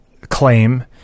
claim